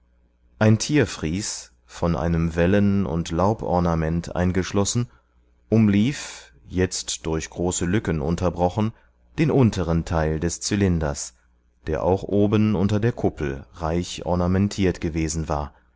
ein tierfries von einem wellen und laubornament eingeschlossen umlief jetzt durch große lücken unterbrochen den unteren teil des zylinders der auch oben unter der kuppel reich ornamentiert gewesen war